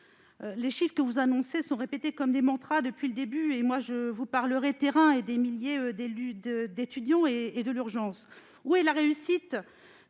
les chiffres que vous annoncez sont répétés comme des mantras depuis le début. Pour ma part, je vous parle du terrain, des milliers d'étudiants et de l'urgence. Où est la réussite